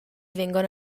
vengono